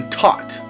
taught